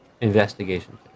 investigation